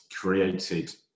created